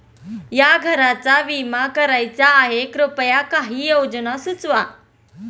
या घराचा विमा करायचा आहे कृपया काही योजना सुचवा